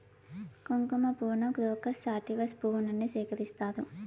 కుంకుమ పువ్వును Crocus sativus పువ్వు నుండి సేకరిస్తారు